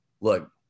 Look